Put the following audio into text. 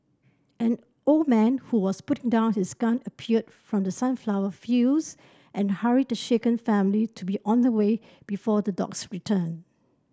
an old man who was putting down his gun appeared from the sunflower fields and hurried the shaken family to be on the way before the dogs return